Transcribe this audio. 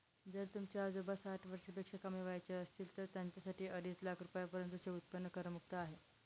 जर तुमचे आजोबा साठ वर्षापेक्षा कमी वयाचे असतील तर त्यांच्यासाठी अडीच लाख रुपयांपर्यंतचे उत्पन्न करमुक्त आहे